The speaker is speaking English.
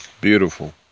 Beautiful